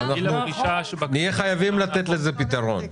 נהיה חייבים לתת לזה פתרון.